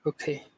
Okay